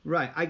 Right